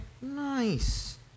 Nice